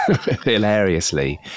hilariously